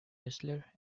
whistler